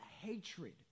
hatred